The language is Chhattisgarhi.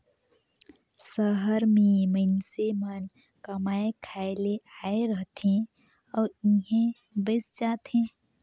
सहर में मइनसे मन कमाए खाए ले आए रहथें अउ इहें बइस जाथें